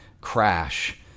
crash